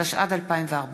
התשע"ד 2014,